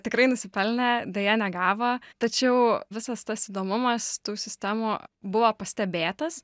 tikrai nusipelnė deja negavo tačiau visas tas įdomumas tų sistemų buvo pastebėtas